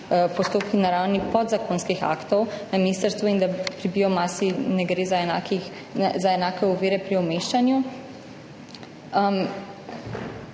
postopki na ravni podzakonskih aktov na ministrstvu, in da pri biomasi ne gre za enake ovire pri umeščanju.